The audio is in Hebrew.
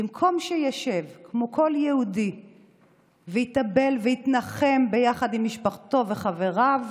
במקום שישב כמו כל יהודי ויתאבל ויתנחם ביחד עם משפחתו וחבריו,